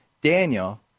Daniel